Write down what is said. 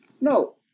no